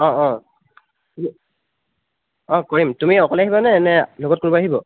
অঁ অঁ অঁ কৰিম তুমি অকলে আহিবা নে